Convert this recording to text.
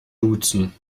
duzen